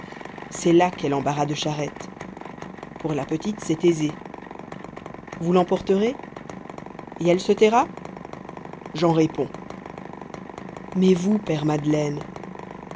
c'est là qu'est l'embarras de charrettes pour la petite c'est aisé vous l'emporterez et elle se taira j'en réponds mais vous père madeleine